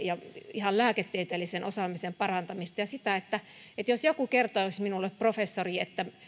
ihan lääketieteellisen osaamisen parantamista ja sitä että että jos joku kertoisi minulle professori että